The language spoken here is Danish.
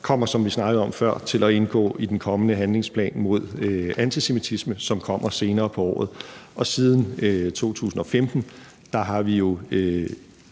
kommer, som vi snakkede om før, til at indgå i den kommende handlingsplan mod antisemitisme, som kommer senere på året. Siden 2015 har vi jo,